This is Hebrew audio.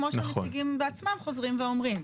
כמו שהנציגים בעצמם חוזרים ואומרים,